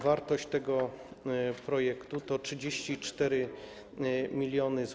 Wartość tego projektu wynosi 34 mln zł.